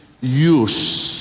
use